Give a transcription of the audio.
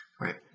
Right